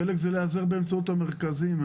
חלק זה להיעזר באמצעות המרכזים.